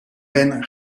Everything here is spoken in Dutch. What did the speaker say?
ben